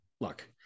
look